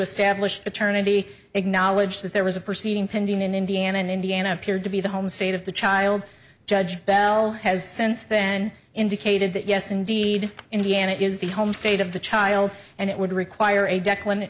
establish paternity acknowledged that there was a proceeding pending in indiana and indiana appeared to be the home state of the child judge bell has since then indicated that yes indeed indiana is the home state of the child and it would require a dec